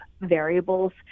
variables